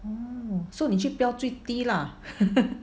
mm so 你去标最低 lah